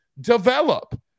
develop